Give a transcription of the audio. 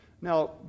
Now